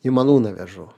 į malūną vežu